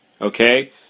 Okay